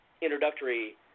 introductory